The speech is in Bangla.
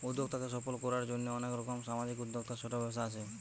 উদ্যোক্তাকে সফল কোরার জন্যে অনেক রকম সামাজিক উদ্যোক্তা, ছোট ব্যবসা আছে